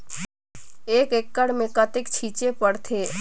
एक एकड़ मे कतेक छीचे पड़थे?